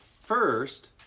First